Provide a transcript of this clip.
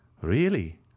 Really